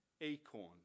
acorn